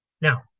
Now